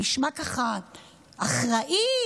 נשמע, ככה, אחראי.